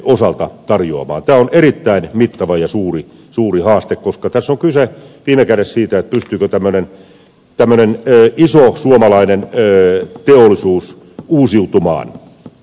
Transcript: tämä on erittäin mittava ja suuri haaste koska tässä on kyse viime kädessä siitä pystyykö tämmöinen iso suomalainen teollisuus uusiutumaan